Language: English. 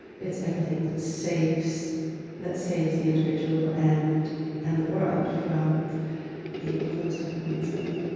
it's everything that saves that saves the individual and and the world from being closed up in oneself